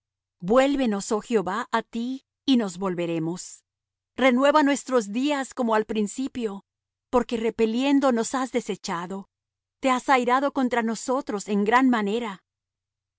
días vuélvenos oh jehová á ti y nos volveremos renueva nuestros días como al principio porque repeliendo nos has desechado te has airado contra nosotros en gran manera